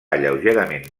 lleugerament